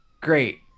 great